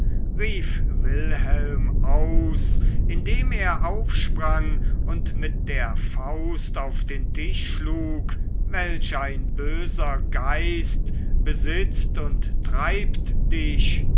rief wilhelm aus indem er aufsprang und mit der faust auf den tisch schlug welch ein böser geist besitzt und treibt dich